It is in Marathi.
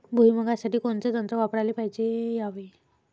भुइमुगा साठी कोनचं तंत्र वापराले पायजे यावे?